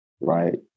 Right